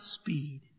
speed